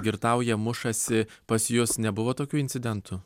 girtauja mušasi pas jus nebuvo tokių incidentų